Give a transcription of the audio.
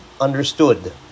understood